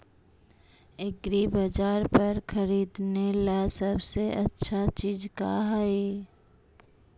एग्रीबाजार पर खरीदने ला सबसे अच्छा चीज का हई?